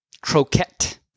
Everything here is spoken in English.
Croquette